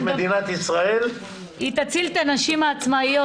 מדינת ישראל -- היא תציל את הנשים העצמאיות